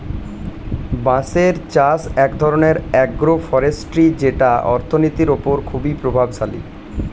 বাঁশের চাষ এক ধরনের আগ্রো ফরেষ্ট্রী যেটা অর্থনীতির ওপর খুবই প্রভাবশালী